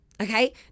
Okay